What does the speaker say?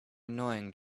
annoying